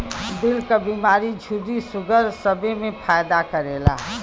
दिल क बीमारी झुर्री सूगर सबे मे फायदा करेला